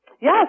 Yes